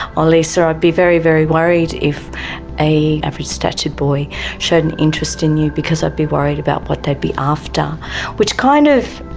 ah lisa, i'd be very, very worried if an average statured boy showed an interest in you because i'd be worried about what they'd be after which kind of